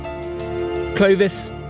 Clovis